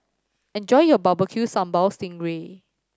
enjoy your Barbecue Sambal sting ray